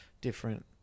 different